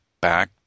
back